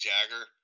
Jagger